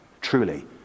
Truly